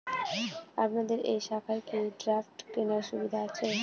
আপনাদের এই শাখায় কি ড্রাফট কেনার সুবিধা আছে?